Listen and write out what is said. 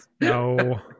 No